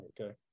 Okay